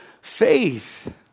faith